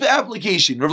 application